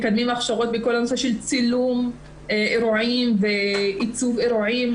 של צילום אירועים ועיצוב אירועים.